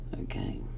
okay